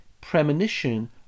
premonition